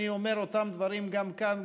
אני אומר אותם דברים גם כאן,